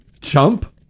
chump